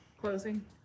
Closing